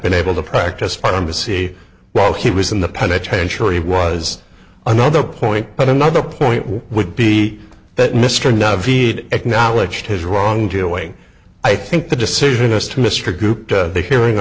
been able to practice pharmacy while he was in the penitentiary was another point but another point would be that mr nuff he'd acknowledge his wrongdoing i think the decision as to mr grouped the hearing